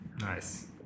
Nice